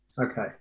Okay